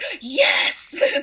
yes